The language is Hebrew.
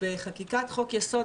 בחקיקת חוק יסוד,